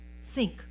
sink